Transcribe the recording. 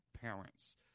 parents